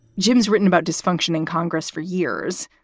jim's written about dysfunction in congress for years.